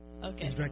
Okay